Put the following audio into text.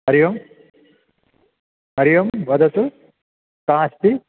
हरिः ओं हरिः ओं वदतु का अस्ति